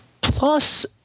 Plus